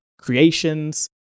creations